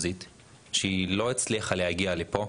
שלא הצליחה להגיע לפה,